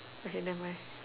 okay nevermind